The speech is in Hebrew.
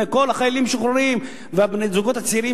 וכל החיילים המשוחררים והזוגות הצעירים